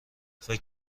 فکر